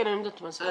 כן, אני יודעת מה זה.